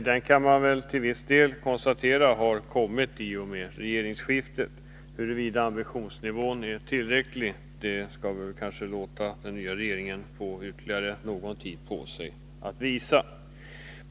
Vi kan konstatera att en sådan höjning till viss del har kommit i och med regeringsskiftet. Om ambitionsnivån är tillräckligt hög skall vi kanske låta den nya regeringen få ytterligare någon tid på sig att visa.